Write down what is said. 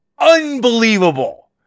unbelievable